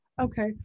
Okay